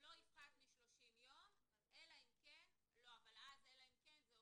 "אז 30 יום אלא אם כן השר קבע